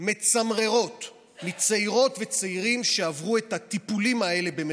מצמררות מצעירות וצעירים שעברו את ה"טיפולים" האלה,